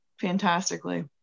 fantastically